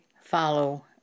follow